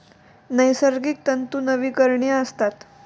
नैसर्गिक तंतू नवीकरणीय असतात